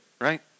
Right